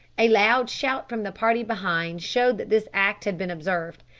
a loud shout from the party behind showed that this act had been observed,